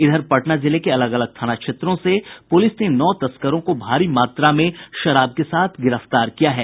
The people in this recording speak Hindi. इधर पटना जिले के अलग अलग थाना क्षेत्रों से पुलिस ने नौ तस्करों को भारी मात्रा में शराब के साथ गिरफ्तार किया है